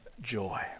joy